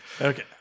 Okay